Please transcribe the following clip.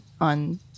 on